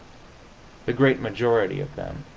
the great majority of them